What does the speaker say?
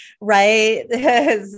right